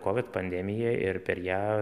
covid pandemija ir per ją